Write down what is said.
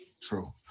True